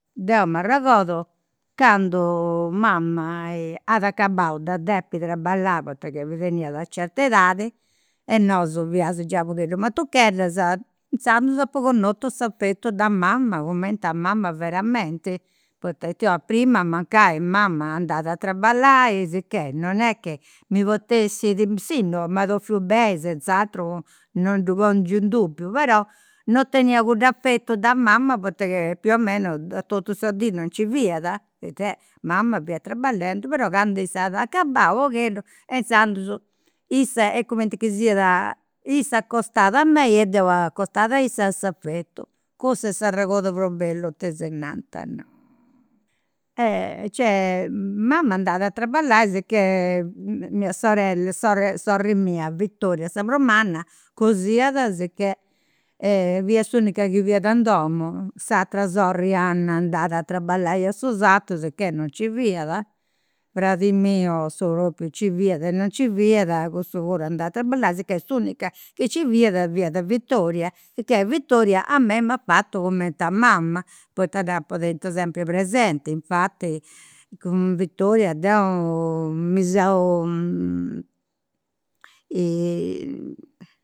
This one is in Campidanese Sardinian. Deu m'arregordu candu mama at acabau de depi traballai, poita ca teniat una certa edadi, e nosu fiaus giai u' pagheddu matucheddas, inzandus apu connotu s'affetu da mama, cumenti a mama veramenti, poita ita 'olis, prima mancai mama andat a traballai sicchè non est chi mi potessit, si no m'at 'ofiu beni senz'aturu, non ddu pongiu in dubbiu, però non tenia cudd'affetu de mama poita più o meno, de totu sa dì non nci fiat e it'est, mama fiat traballendi, però candu issa at acabau u' pogheddu e inzandus issa est cumenti chi siat, issa acostat a mei e deu acostat a issa s'affetu. Cussu est s'arregordu prus bellu, no. E c'est mama andat a traballai sicchè mia sorella, sore sorri mia Vittoria sa prus manna, cosiat sicchè fiat s'unica chi fiat in domu, s'atera sorri Anna andat a traballai a su sartu, sicchè non nci fiat. Fradi miu a su propriu fiat e non nci fiat, cussu puru andat a traballai, sicchè s'unica chi nci fiat fiat Vittoria, sicchè Vittoria a mei m'at fatu cumenti a mama, poita dd'apu tentu sempri presenti, infati cun Vittoria deu mi seu